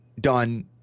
done